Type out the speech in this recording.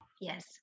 Yes